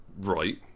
Right